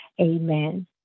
Amen